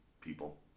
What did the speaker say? people